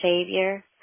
Savior